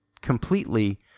completely